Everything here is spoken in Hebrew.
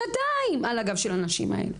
שנתיים על הגב של הנשים האלה.